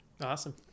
awesome